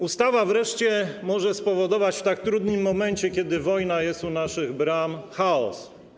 Ustawa wreszcie może spowodować, w tak trudnym momencie, kiedy wojna jest u naszych bram, chaos.